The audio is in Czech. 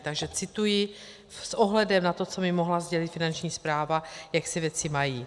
Takže cituji s ohledem na to, co mi mohla sdělit Finanční správa, jak se věci mají.